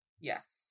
Yes